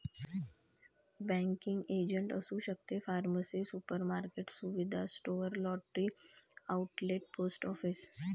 banking agent असू शकते pharmacy supermarket सुविधा store lottery outlet post office